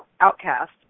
outcast